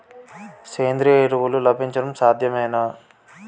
సేంద్రీయ ఎరువులు లభించడం సాధ్యమేనా?